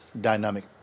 dynamic